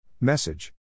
Message